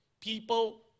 people